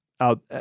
out